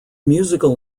musical